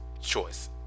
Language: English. choice